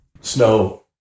Snow